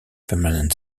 permanent